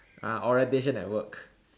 ah orientation at work